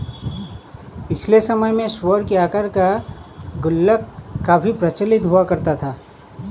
पिछले समय में सूअर की आकार का गुल्लक काफी प्रचलित हुआ करता था